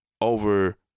over